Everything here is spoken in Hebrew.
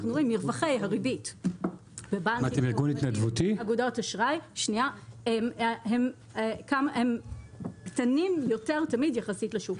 אנחנו רואים מרווחי ריבית באגודות אשראי קטנים יותר תמיד יחסית לשוק.